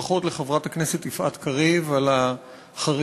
ברכות לחברת הכנסת יפעת קריב על החריצות,